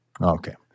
Okay